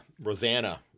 Rosanna